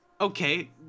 okay